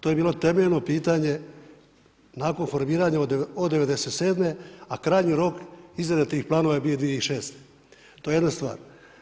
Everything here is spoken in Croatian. To je bilo temeljno pitanje nakon formiranja od '97., a krajnji rok izrade tih planova bio je 2006. to je jedna stvar.